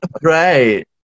right